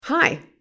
Hi